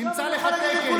נמצא לך תקן.